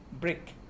brick